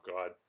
God